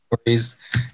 stories